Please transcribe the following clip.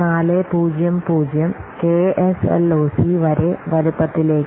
400 KSLOC വരെ വലുപ്പത്തിലേക്ക്